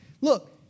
Look